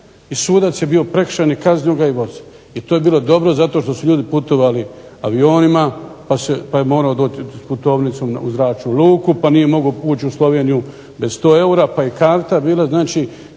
i sudac je bio prekršajni, kaznio ga je ... i to je bilo dobro zato što su ljudi putovali avionima pa je morao doći s putovnicom u zračnu luku, pa nije mogao ući u Sloveniju bez 100 eura, pa je karta bila. Znači